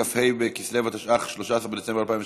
כ"ה בכסלו התשע"ח,